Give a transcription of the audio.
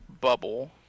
bubble